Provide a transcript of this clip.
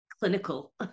clinical